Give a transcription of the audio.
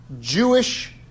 Jewish